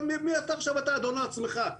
אבל מעכשיו אתה אדון לעצמך.